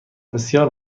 بسیار